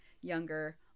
younger